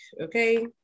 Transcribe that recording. Okay